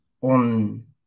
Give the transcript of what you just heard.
on